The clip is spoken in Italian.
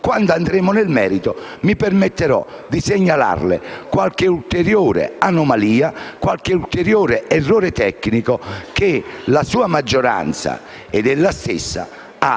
in esame) e mi permetterò di segnalare qualche ulteriore anomalia, qualche ulteriore errore tecnico che la maggioranza ed ella stessa,